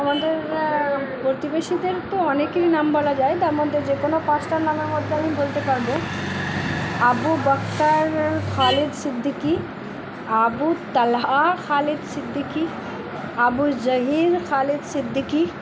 আমাদের প্রতিবেশীদের তো অনেকেরই নাম বলা যায় তার মধ্যে যে কোনো পাঁচটা নামের মধ্যে আমি বলতে পারবো আবু বক্তার খালেদ সিদ্দিকি আবু তালহা খালেদ সিদ্দিকি আবু জাহীর খালেদ সিদ্দিকি